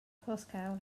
porthcawl